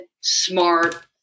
smart